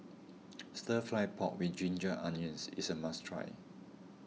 Stir Fried Pork with Ginger Onions is a must try